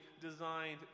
designed